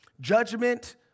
judgment